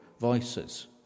voices